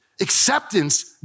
Acceptance